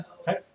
Okay